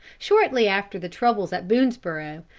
shortly after the troubles at boonesborough,